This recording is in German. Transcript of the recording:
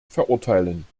verurteilen